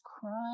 crying